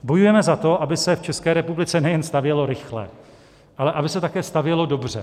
Bojujeme za to, aby se v České republice nejen stavělo rychle, ale aby se také stavělo dobře.